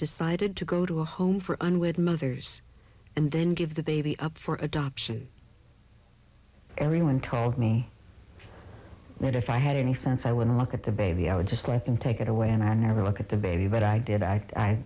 decided to go to a home for unwed mothers and then give the baby up for adoption everyone told me that if i had any sense i would look at the baby i would just let them take it away and never look at the baby but i did act i